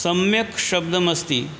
सम्यक् शब्दमस्ति